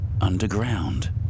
underground